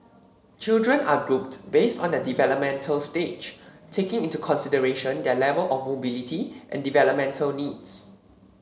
children are grouped based on their developmental stage taking into consideration their level of mobility and developmental needs